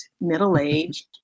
middle-aged